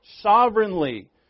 sovereignly